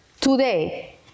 today